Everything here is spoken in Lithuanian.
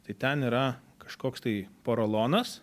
tai ten yra kažkoks tai porolonas